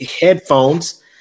headphones